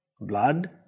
Blood